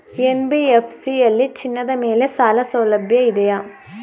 NBFC ಯಲ್ಲಿ ಚಿನ್ನದ ಮೇಲೆ ಸಾಲಸೌಲಭ್ಯ ಇದೆಯಾ?